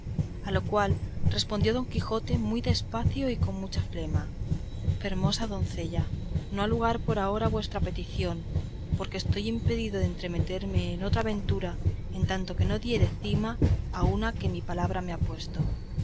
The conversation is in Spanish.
a lo cual respondió don quijote muy de espacio y con mucha flema fermosa doncella no ha lugar por ahora vuestra petición porque estoy impedido de entremeterme en otra aventura en tanto que no diere cima a una en que mi palabra me ha puesto